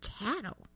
cattle